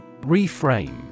Reframe